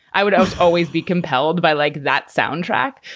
i would always always be compelled by, like, that soundtrack.